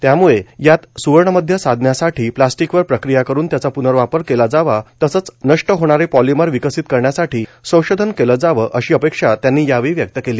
त्यामुळे यात सुवर्णमध्य साधण्यासाठी प्लास्टीकवर प्रक्रिया करुन त्याचा पूनर्वापर केला जावा तसंच नष्ट होणारे पॉलिमर विकासित करण्यासाठी संशोधन केलं जावं अशी अपेक्षा त्यांनी व्यक्त केली